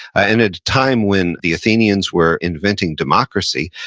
ah and at a time when the athenians were inventing democracy,